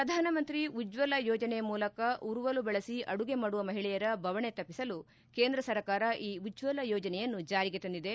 ಪ್ರಧಾನ ಮಂತ್ರಿ ಉಜ್ಜಲ ಯೋಜನೆ ಮೂಲಕ ಉರುವಲು ಬಳಸಿ ಅಡುಗೆ ಮಾಡುವ ಮಹಿಳೆಯರ ಬವಣೆ ತಪ್ಪಿಸಲು ಕೇಂದ್ರ ಸರ್ಕಾರ ಈ ಉಜ್ವಲ ಯೋಜನೆಯನ್ನು ಜಾರಿಗೆ ತಂದಿದೆ